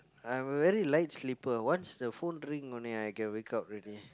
I'm a very light sleeper once the phone ring only I can wake up already